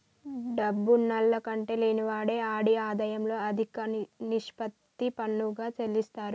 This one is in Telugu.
డబ్బున్నాల్ల కంటే లేనివాడే ఆడి ఆదాయంలో అదిక నిష్పత్తి పన్నుగా సెల్లిత్తారు